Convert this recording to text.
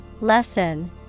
Lesson